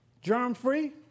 germ-free